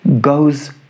goes